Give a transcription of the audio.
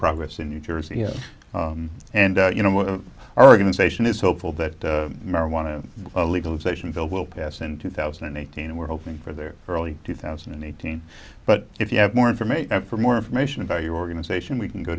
progress in new jersey and you know what oregon station is hopeful that marijuana legalization bill will pass in two thousand and eighteen and we're hoping for there early two thousand and eighteen but if you have more information for more information about your organization we can go